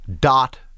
dot